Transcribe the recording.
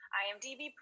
imdb